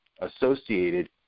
associated